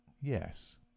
Yes